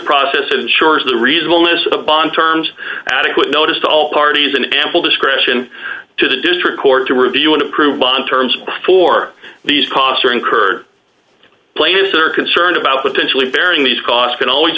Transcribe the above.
process ensures the reasonableness of a bond terms adequate notice to all parties and ample discretion to the district court to review and approve on terms before these costs are incurred plaintiffs are concerned about potentially bearing these costs can always